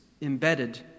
embedded